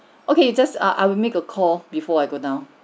okay just err I'll make a call before I go down